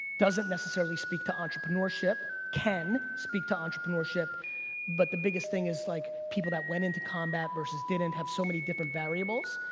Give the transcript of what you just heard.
doesn't necessarily speak to entrepreneurship, can speak to entrepreneurship but the biggest thing is like people that went into combat versus didn't have so many different variables.